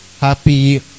Happy